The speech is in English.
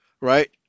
right